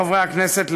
חברי הכנסת,